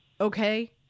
okay